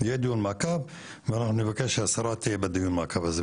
יהיה דיון מעקב ואנחנו נבקש שהשרה תהיה בדיון מעקב הזה.